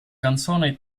canzone